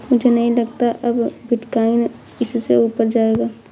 मुझे नहीं लगता अब बिटकॉइन इससे ऊपर जायेगा